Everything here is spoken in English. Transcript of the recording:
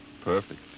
Perfect